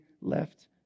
left